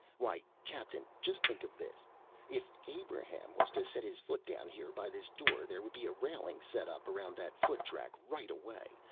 why, captain, just think of this if abraham was to set his foot down here by this door, there would be a railing set up around that foot-track right away,